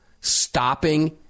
Stopping